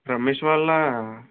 రమేష్ వాళ్ళ